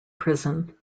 prison